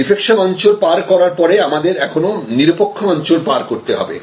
defection অঞ্চল পার করার পরে আমাদের এখনো নিরপেক্ষ অঞ্চল পার হতে হবে